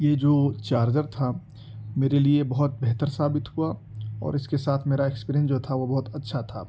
یہ جو چارجر تھا میرے لیے بہت بہتر ثابت ہوا اور اس کے ساتھ میرا ایسکپیرینس جو تھا وہ بہت اچھا تھا